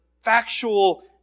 factual